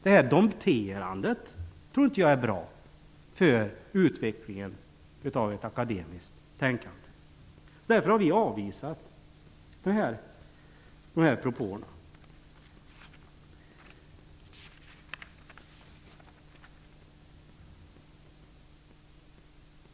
Detta dompterande tror inte jag är bra för utvecklingen av ett akademiskt tänkande. Därför har vi avvisat de propåerna.